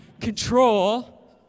Control